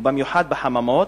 ובמיוחד בחממות,